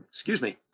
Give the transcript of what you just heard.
excuse me.